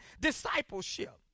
discipleship